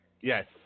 Yes